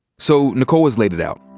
so nikole has laid it out,